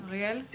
היי אריאל, שלום,